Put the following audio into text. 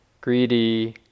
greedy